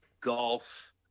golf